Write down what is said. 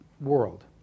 world